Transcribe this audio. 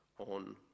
On